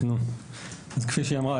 אז כפי שהיא אמרה,